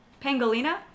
pangolina